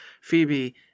Phoebe